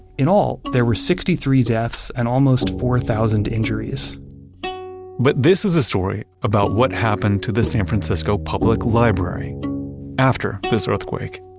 in all, there were sixty three deaths and almost four thousand injuries but this was a story about what happened to the san francisco public library after this earthquake,